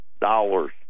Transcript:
dollars